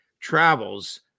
travels